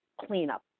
cleanup